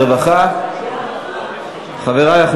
הרווחה והבריאות נתקבלה.